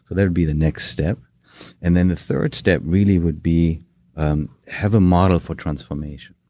that would be the next step and then the third step really would be um have a model for transformation.